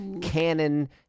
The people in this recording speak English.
canon